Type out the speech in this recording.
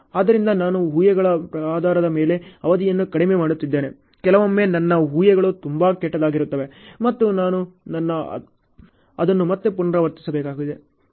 ಆದ್ದರಿಂದ ನಾನು ಊಹೆಗಳ ಆಧಾರದ ಮೇಲೆ ಅವಧಿಯನ್ನು ಕಡಿಮೆ ಮಾಡುತ್ತಿದ್ದೇನೆ ಕೆಲವೊಮ್ಮೆ ನನ್ನ ಊಹೆಗಳು ತುಂಬಾ ಕೆಟ್ಟದಾಗಿರುತ್ತವೆ ಮತ್ತು ನಾನು ಅದನ್ನು ಮತ್ತೆ ಪುನರಾವರ್ತಿಸಬೇಕಾಗಿದೆ